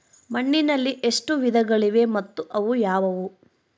ಮಣ್ಣಿನಲ್ಲಿ ಎಷ್ಟು ವಿಧಗಳಿವೆ ಮತ್ತು ಅವು ಯಾವುವು?